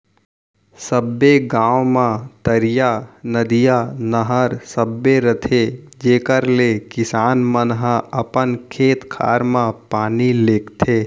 सबे गॉंव म तरिया, नदिया, नहर सबे रथे जेकर ले किसान मन ह अपन खेत खार म पानी लेगथें